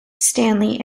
stanley